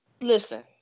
listen